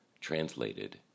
translated